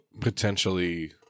potentially